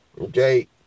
Okay